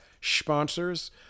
sponsors